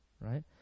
right